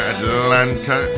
Atlanta